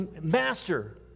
Master